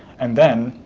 and then